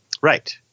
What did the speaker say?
Right